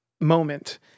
moment